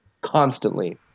constantly